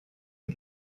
une